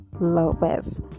Lopez